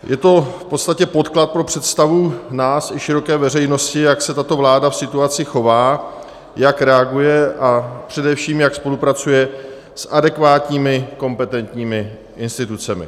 Je to v podstatě podklad pro představu nás i široké veřejnosti, jak se tato vláda v situaci chová, jak reaguje a především jak spolupracuje s adekvátními kompetentními institucemi.